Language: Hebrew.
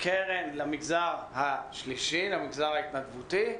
קרן למגזר השלישי, למגזר ההתנדבותי.